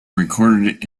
recorded